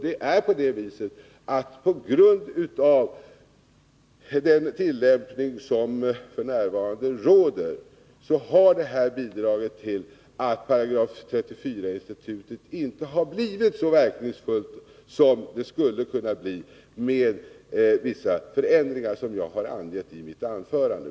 Den nuvarande tillämpningen har bidragit till att 34 §-institutet inte har blivit så verkningsfullt som det skulle kunna bli med vissa förändringar, som jag angav i mitt anförande.